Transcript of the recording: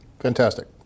Fantastic